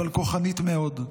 אבל כוחנית מאוד,